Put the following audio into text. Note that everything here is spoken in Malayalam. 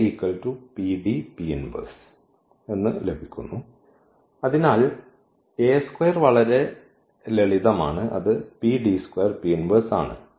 അതിനാൽ വളരെ ലളിതമാണ് അത് ആണ്